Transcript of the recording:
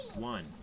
One